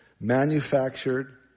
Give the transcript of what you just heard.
Manufactured